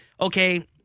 okay